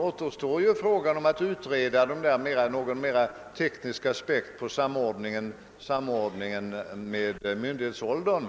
återstår främst att utreda de mera tekniska aspekterna på frågan om en samordning med myndighetsåldern.